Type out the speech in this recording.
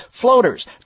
floaters